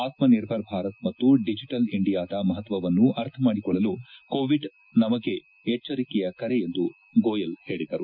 ಆತ್ಮ ನಿರ್ಬರ್ ಭಾರತ್ ಮತ್ತು ಡಿಜೆಟಲ್ ಇಂಡಿಯಾದ ಮಪತ್ವವನ್ನು ಅರ್ಥಮಾಡಿಕೊಳ್ಳಲು ಕೋವಿಡ್ ನಮಗೆ ಎಚ್ವರಿಕೆಯ ಕರೆ ಎಂದು ಗೋಯಲ್ ಹೇಳಿದರು